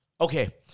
Okay